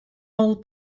all